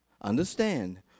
understand